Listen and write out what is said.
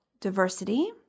diversity